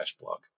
blog